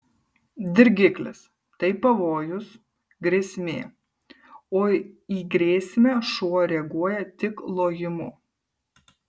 dirgiklis tai pavojus grėsmė o į grėsmę šuo reaguoja tik lojimu